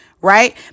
right